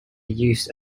used